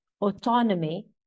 autonomy